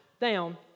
down